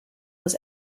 was